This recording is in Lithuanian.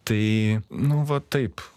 tai nu va taip